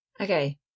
Okay